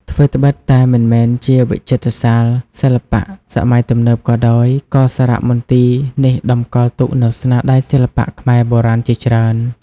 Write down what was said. ថ្វីត្បិតតែមិនមែនជាវិចិត្រសាលសិល្បៈសម័យទំនើបក៏ដោយ ក៏សារមន្ទីរនេះតម្កល់ទុកនូវស្នាដៃសិល្បៈខ្មែរបុរាណជាច្រើន។